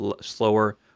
slower